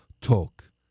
talk